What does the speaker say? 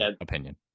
opinion